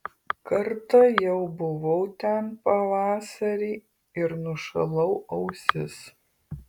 kartą jau buvau ten pavasarį ir nušalau ausis